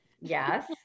Yes